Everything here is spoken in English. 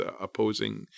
opposing